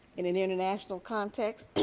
in an international context